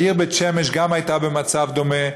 העיר בית-שמש גם הייתה במצב דומה,